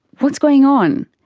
what's going on?